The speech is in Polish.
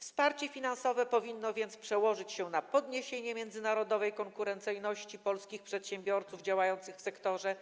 Wsparcie finansowe powinno więc przełożyć się na podniesienie międzynarodowej konkurencyjności polskich przedsiębiorców działających w sektorze,